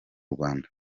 rwanda